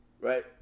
Right